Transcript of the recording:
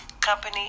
company